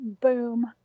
boom